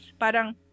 parang